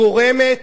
גורמת